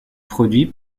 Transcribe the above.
produit